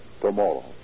tomorrow